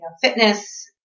fitness